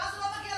ואז הוא לא מגיע,